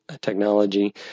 technology